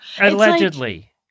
Allegedly